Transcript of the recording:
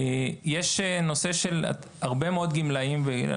יש את הנושא של הרבה מאוד גמלאים ואני